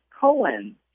Cohen